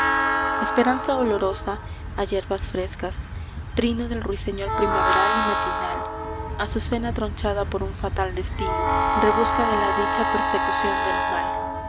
esperanza olorosa a hierbas frescas trino del ruiseñor primaveral y matinal azucena tronchada por un fatal destino rebusca de la dicha persecución del mal